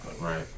Right